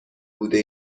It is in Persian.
بوده